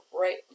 right